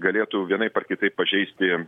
galėtų vienaip ar kitaip pažeisti